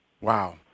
Wow